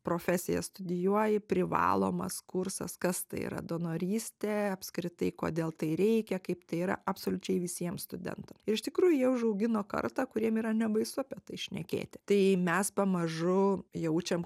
profesija studijuoji privalomas kursas kas tai yra donorystė apskritai kodėl tai reikia kaip tai yra absoliučiai visiems studentam ir iš tikrųjų jie užaugino kartą kuriem yra nebaisu apie tai šnekėti tai mes pamažu jaučiam